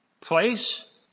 place